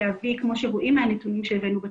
כמו שרואים מהנתונים שהבאנו,